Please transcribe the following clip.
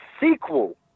sequel